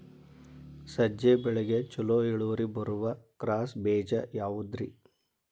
ಸಜ್ಜೆ ಬೆಳೆಗೆ ಛಲೋ ಇಳುವರಿ ಬರುವ ಕ್ರಾಸ್ ಬೇಜ ಯಾವುದ್ರಿ?